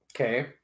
Okay